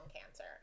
cancer